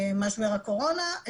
משבר הקורונה,